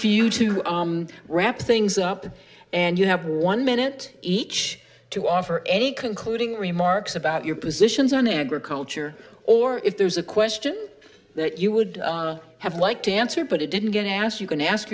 for you to wrap things up and you have one minute each to offer any concluding remarks about your positions on agriculture or if there's a question that you would have liked to answer but it didn't get asked you can ask